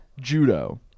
judo